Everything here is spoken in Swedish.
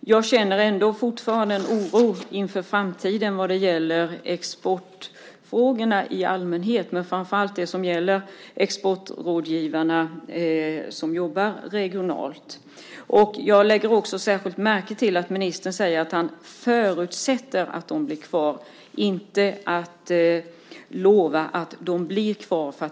jag ändå fortfarande känner en oro inför framtiden vad gäller exportfrågorna i allmänhet men framför allt vad gäller exportrådgivarna som jobbar regionalt. Jag lägger också särskilt märke till att ministern säger att han förutsätter att de blir kvar, inte att han lovar att de blir kvar.